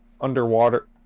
underwater